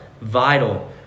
vital